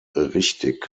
richtig